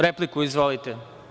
Replika, izvolite.